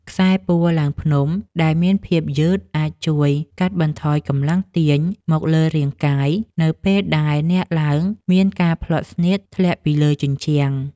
ខ្សែពួរឡើងភ្នំ ដែលមានភាពយឺតអាចជួយកាត់បន្ថយកម្លាំងទាញមកលើរាងកាយ នៅពេលដែលអ្នកឡើងមានការភ្លាត់ស្នៀតធ្លាក់ពីលើជញ្ជាំង។